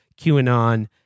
QAnon